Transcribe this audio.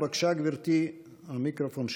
בבקשה, גברתי, המיקרופון שלך.